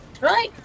right